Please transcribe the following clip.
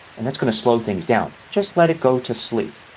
and that's going to slow things down. just let it go to sleep.